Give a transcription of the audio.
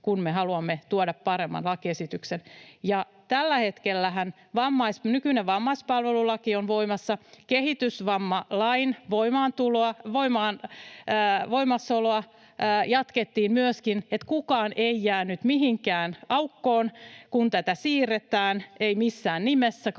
kun me haluamme tuoda paremman lakiesityksen. Tällä hetkellähän nykyinen vammaispalvelulaki on voimassa. Kehitysvammalain voimassaoloa jatkettiin myöskin. Kukaan ei siis jäänyt mihinkään aukkoon, kun tätä siirretään, ei missään nimessä.